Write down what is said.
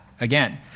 Again